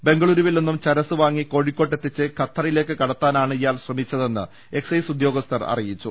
ബെങ്കളൂരു വിൽ നിന്നും ചരസ് വാങ്ങി കോഴിക്കോട്ടെത്തിച്ച് ഖത്തറി ലേക്ക് കടത്താനാണ് ഇയാൾ ശ്രമിച്ചതെന്ന് എക്സൈസ് ഉദ്യോഗസ്ഥർ അറിയിച്ചു